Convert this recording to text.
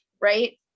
right